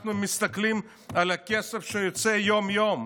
אנחנו מסתכלים על הכסף שיוצא יום-יום,